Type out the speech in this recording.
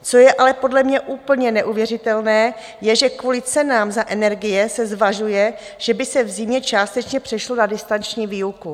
Co je ale podle mě úplně neuvěřitelné je, že kvůli cenám za energie se zvažuje, že by se v zimě částečně přešlo na distanční výuku.